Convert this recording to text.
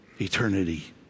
eternity